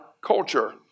culture